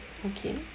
okay